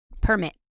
Permit